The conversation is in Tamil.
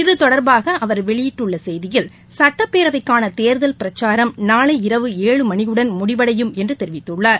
இத்தொடர்பாக அவர் வெளியிட்டுள்ள செய்தியில் சுட்டப் பேரவைக்கான தேர்தல் பிரச்சாரம் நாளை இரவு ஏழு மணியுடன் முடிவடையும் என்று தெரிவித்துள்ளார்